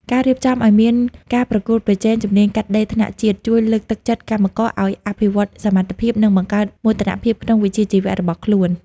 ការរៀបចំឱ្យមានការប្រកួតប្រជែងជំនាញកាត់ដេរថ្នាក់ជាតិ ជួយលើកទឹកចិត្តកម្មករឱ្យអភិវឌ្ឍសមត្ថភាព និងបង្កើតមោទនភាពក្នុងវិជ្ជាជីវៈរបស់ខ្លួន។